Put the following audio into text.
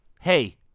hey